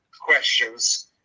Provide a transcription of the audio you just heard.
questions